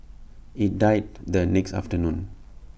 IT died the next afternoon